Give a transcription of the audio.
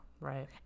Right